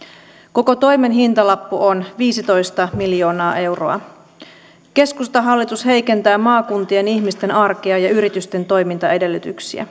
koko toimen hintalappu on viisitoista miljoonaa euroa keskustahallitus heikentää maakuntien ihmisten arkea ja yritysten toimintaedellytyksiä